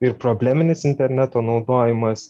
ir probleminis interneto naudojimas